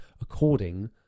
according